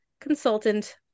consultant